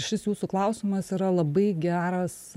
šis jūsų klausimas yra labai geras